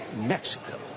Mexico